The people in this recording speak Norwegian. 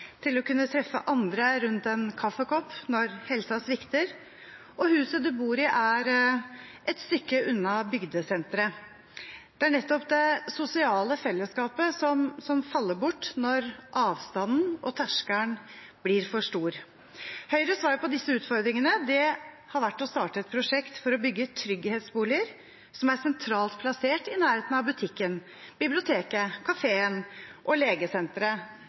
å kunne treffe andre rundt en kaffekopp når helsa svikter og huset man bor i, er et stykke unna bygdesenteret. Det er nettopp det sosiale fellesskapet som faller bort når avstanden blir for stor og terskelen for høy. Høyres svar på disse utfordringene har vært å starte et prosjekt for å bygge trygghetsboliger som er sentralt plassert i nærheten av butikken, biblioteket, kafeen og legesenteret,